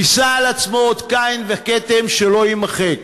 יישא על עצמו אות קין וכתם שלא יימחק.